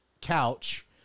couch